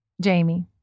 Jamie